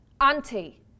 auntie